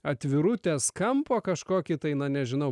atvirutės kampo kažkokį tai na nežinau